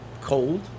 cold